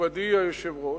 מכובדי היושב-ראש?